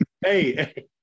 hey